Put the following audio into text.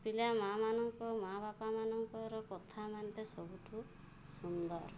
ପିଲା ମାଆ ମାନଙ୍କ ମାଆ ବାପା ମାନଙ୍କର କଥା ମାନତେ ସବୁଠୁ ସୁନ୍ଦର